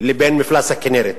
ובין מפלס הכינרת.